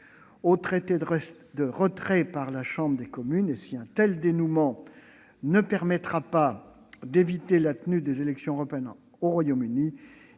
du traité de retrait par la Chambre des communes. Et si un tel dénouement ne permet pas d'éviter la tenue des élections européennes au Royaume-Uni,